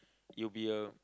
you'll be a